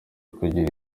kugira